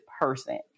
person